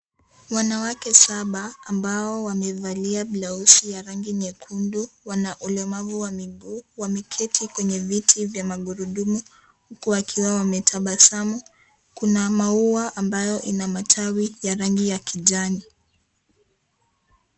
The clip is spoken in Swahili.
Wanawake saba ambao wamevalia blause wa rangi nyekundu wana ulemavu wa mguu. Wameketi kwenye viti vya magurudumu uku wakiwa wametabasamu. Kuna maua ambayo Ina matawi ya rangi ya kijani.